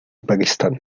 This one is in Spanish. pakistán